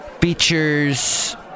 Features